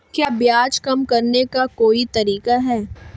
क्या ब्याज कम करने का कोई तरीका है?